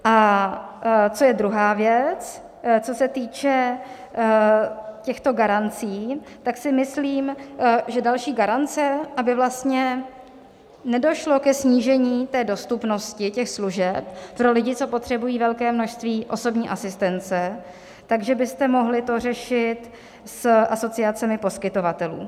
A co je druhá věc, co se týče těchto garancí, tak si myslím, že další garance, aby vlastně nedošlo ke snížení dostupnosti těch služeb pro lidi, co potřebují velké množství osobní asistence, tak že byste mohli to řešit s asociacemi poskytovatelů.